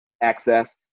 access